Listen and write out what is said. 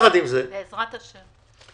בעזרת השם.